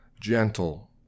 Gentle